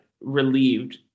relieved